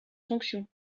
sanction